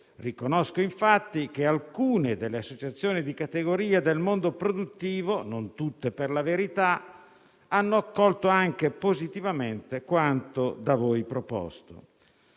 Riconosco, infatti, che alcune delle associazioni di categoria del mondo produttivo - non tutte per la verità - hanno accolto anche positivamente quanto da voi proposto.